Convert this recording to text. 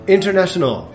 International